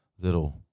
little